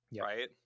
right